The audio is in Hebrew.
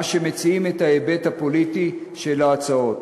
מה שמעצים את ההיבט הפוליטי של ההצעות.